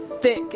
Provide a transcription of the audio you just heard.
thick